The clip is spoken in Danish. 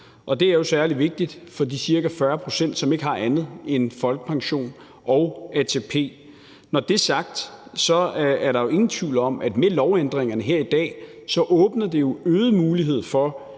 det er jo særlig vigtigt for de ca. 40 pct., som ikke har andet end folkepension og ATP. Når det er sagt, er der ingen tvivl om, at det med lovændringerne her i dag jo åbner øget mulighed for,